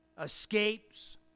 escapes